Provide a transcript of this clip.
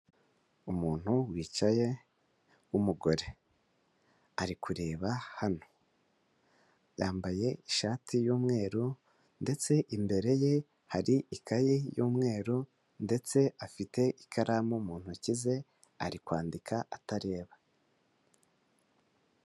Umuntu wicaye w'umugore, ari kureba hano, yambaye ishati y'umweru ndetse imbere ye hari ikayi y'umweru ndetse afite ikaramu mu ntoki ze, ari kwandika atareba.